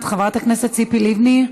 נוכחת, חברת הכנסת ציפי לבני,